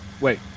wait